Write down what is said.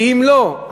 ואם לא,